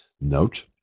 note